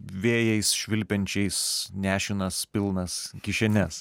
vėjais švilpiančiais nešinas pilnas kišenes